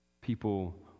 People